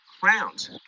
crowns